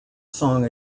song